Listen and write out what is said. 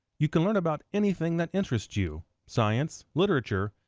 you can learn about anything that interests you, science, literature,